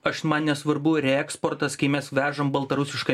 aš man nesvarbu reeksportas kai mes vežam baltarusišką